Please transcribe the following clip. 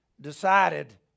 decided